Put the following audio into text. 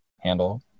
handle